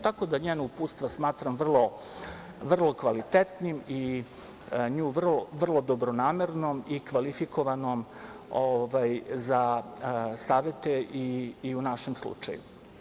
Tako da njena uputstva smatram vrlo kvalitetnim i nju vrlo dobronamernom i kvalifikovanom za savete i u našem slučaju.